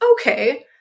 Okay